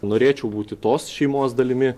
norėčiau būti tos šeimos dalimi